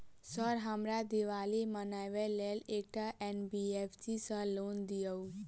Sir हमरा दिवाली मनावे लेल एकटा एन.बी.एफ.सी सऽ लोन दिअउ?